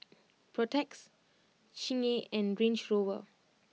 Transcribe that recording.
Protex Chingay and Range Rover